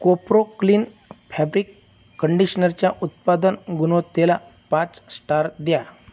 कोपरो clean fabric कंडिशनरच्या उत्पादन गुणवत्तेला पाच स्टार द्या